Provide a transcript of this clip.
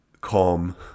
calm